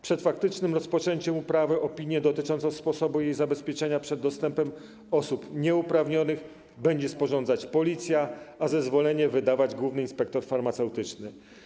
Przed faktycznym rozpoczęciem uprawy opinię dotyczącą sposobu jej zabezpieczenia przed dostępem osób nieuprawnionych będzie sporządzać policja, a zezwolenie będzie wydawać główny inspektor farmaceutyczny.